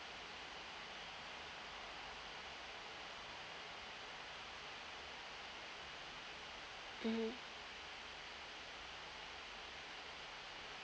mmhmm